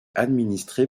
administré